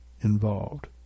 involved